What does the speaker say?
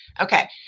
okay